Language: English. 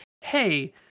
hey